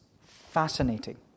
fascinating